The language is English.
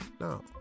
No